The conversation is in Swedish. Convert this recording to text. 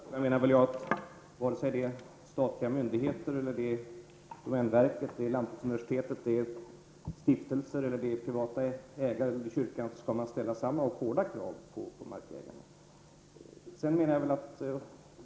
Fru talman! Som svar på den sista frågan anser jag att vare sig det handlar om statliga myndigheter, domänverket, lantbruksuniversitetet, stiftelser, privata ägare eller kyrkan, skall samma och hårda krav gälla för markägarna.